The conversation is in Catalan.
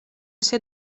set